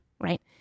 right